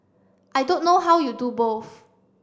I don't know how you do both